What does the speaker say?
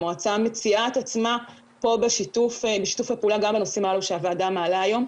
המועצה מציעה את עצמה בשיתוף הפעולה גם בנושאים הללו שהוועדה מעלה היום.